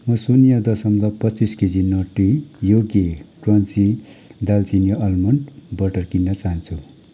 म शून्य दशमलव पच्चिस केजी नटी योगी क्रन्ची दालचिनी आल्मोन्ड बटर किन्न चाहन्छु